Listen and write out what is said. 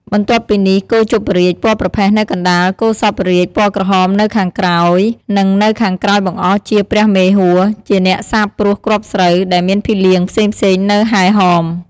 បន្ទាប់ពីនេះ គោជប់រាជ ពណ៌ប្រផេះនៅកណ្ដាល គោសព្វរាជ ពណ៌ក្រហម នៅខាងក្រោយ និងនៅខាងក្រោយបង្អស់ជា ព្រះមេហួរ ជាអ្នកសាបព្រួសគ្រាប់ស្រូវ ដែលមានភីលៀងផ្សេងៗនៅហែរហម។